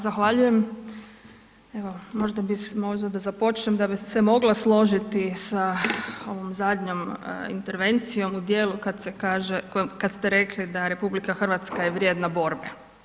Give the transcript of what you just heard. Zahvaljujem, evo možda da započnem da bi se mogla složiti sa ovom zadnjom intervencijom u dijelu kad se kaže, kad ste rekli da RH je vrijedna borbe.